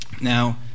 Now